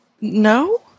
No